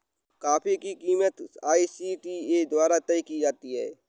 coffee की कीमत ICTA द्वारा तय की जाती है